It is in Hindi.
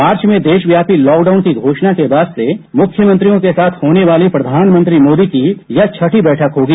मार्च में देशव्यापी लॉकडाउन की घोषणा के बाद से मुख्यमंत्रियों के साथ होने वाली प्रधानमंत्री मोदी की यह छठी बैठक होगी